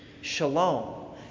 Shalom